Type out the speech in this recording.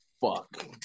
Fuck